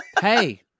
Hey